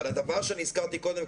הדבר שהזכרתי קודם,